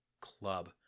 club